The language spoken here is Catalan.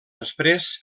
després